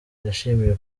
yashimiye